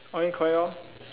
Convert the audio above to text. orh then correct lor